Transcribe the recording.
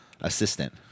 assistant